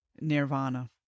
nirvana